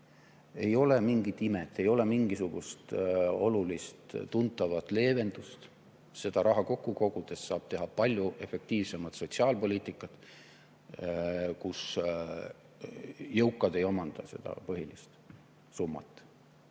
Ei ole mingit imet, ei ole mingisugust olulist tuntavat leevendust. Selle kokku kogutud rahaga saab teha palju efektiivsemat sotsiaalpoliitikat, kus jõukad ei omanda seda põhilist summat.